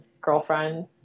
girlfriend